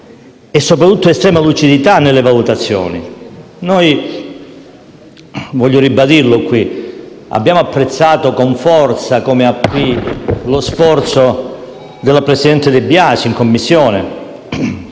e soprattutto estrema lucidità nelle valutazioni. Noi - voglio ribadirlo qui - abbiamo apprezzato, come Area Popolare, lo sforzo della presidente De Biasi in Commissione,